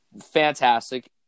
fantastic